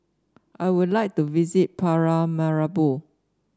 I would like to visit Paramaribo